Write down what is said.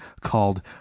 called